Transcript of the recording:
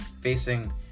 facing